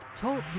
Talk